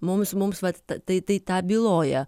mums mums vat tai tai tą byloja